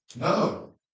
No